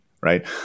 Right